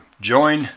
join